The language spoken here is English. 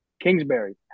Kingsbury